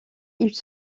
ils